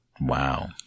Wow